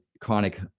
chronic